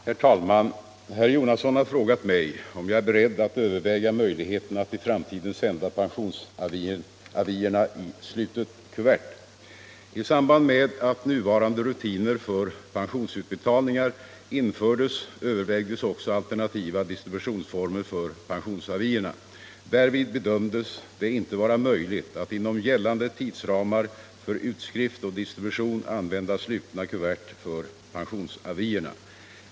Herr talman! Herr Jonasson har frågat mig om jag är beredd att överväga möjligheten att i framtiden sända pensionsavierna i slutet kuvert. I samband med att nuvarande rutiner för pensionsutbetalningar infördes övervägdes också alternativa distributionsformer för pensionsavierna. Därvid bedömdes det inte vara möjligt att inom gällande tidsramar för utskrift och distribution använda slutna kuvert för pensionsavierna.